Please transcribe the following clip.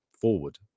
forward